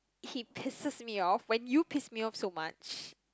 he pisses me off when you piss me off so much